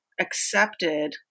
accepted